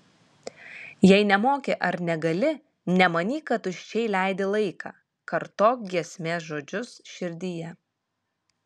jei nemoki ar negali nemanyk kad tuščiai leidi laiką kartok giesmės žodžius širdyje